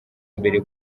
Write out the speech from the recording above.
imbere